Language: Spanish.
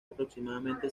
aproximadamente